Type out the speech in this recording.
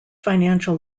financial